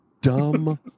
Dumb